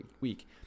week